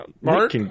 Mark